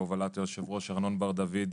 בהובלת היושב ראש ארנון בר-דוד,